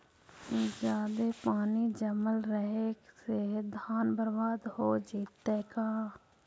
जादे पानी जमल रहे से धान बर्बाद हो जितै का?